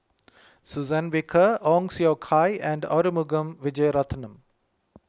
Suzann Victor Ong Siong Kai and Arumugam Vijiaratnam